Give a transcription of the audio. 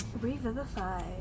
Revivify